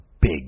big